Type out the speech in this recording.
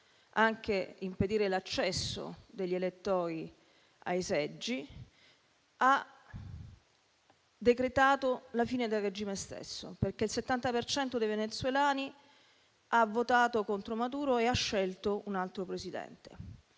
di impedire l'accesso degli elettori ai seggi), ha decretato la fine del regime stesso, perché il 70 per cento dei venezuelani ha votato contro Maduro e ha scelto un altro presidente.